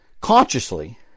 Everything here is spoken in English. consciously